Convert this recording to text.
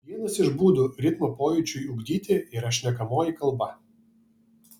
vienas iš būdų ritmo pojūčiui ugdyti yra šnekamoji kalba